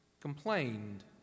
complained